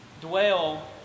dwell